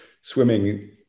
swimming